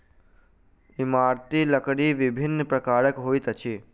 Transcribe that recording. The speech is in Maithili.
इमारती लकड़ी विभिन्न प्रकारक होइत अछि